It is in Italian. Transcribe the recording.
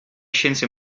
scienze